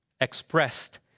expressed